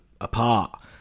apart